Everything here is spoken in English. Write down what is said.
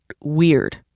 weird